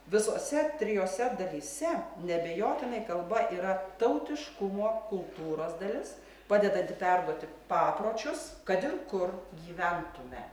visose trijose dalyse neabejotinai kalba yra tautiškumo kultūros dalis padedanti perduoti papročius kad ir kur gyventume